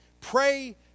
pray